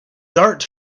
dart